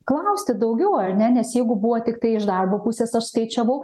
klausti daugiau ar ne nes jeigu buvo tiktai iš darbo pusės aš skaičiavau